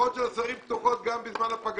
הלשכות של השרים פתוחות גם בזמן הפגרה.